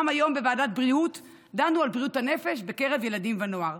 גם היום בוועדת הבריאות דנו על בריאות הנפש בקרב ילדים ונוער.